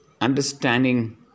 understanding